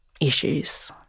issues